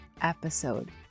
episode